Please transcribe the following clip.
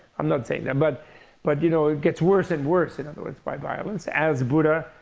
i'm not saying that. but but you know it gets worse and worse, in other words, by violence, as buddha,